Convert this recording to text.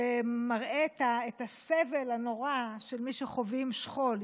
שמראה את הסבל הנורא של מי שחווים שכול.